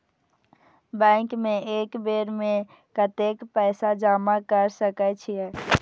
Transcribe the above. Bank में एक बेर में कतेक पैसा जमा कर सके छीये?